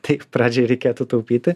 taip pradžioj reikėtų taupyti